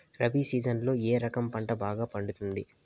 రబి సీజన్లలో ఏ రకం పంట బాగా పండుతుంది